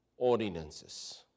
Ordinances